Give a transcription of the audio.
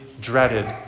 dreaded